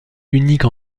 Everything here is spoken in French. unique